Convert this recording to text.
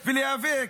ולהיאבק?